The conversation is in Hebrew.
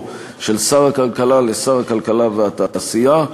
של שר הכלכלה לשר הכלכלה והתעשייה.